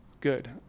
good